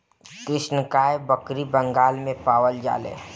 कृष्णकाय बकरी बंगाल में पावल जाले